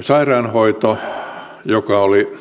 sairaanhoito joka oli